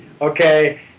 okay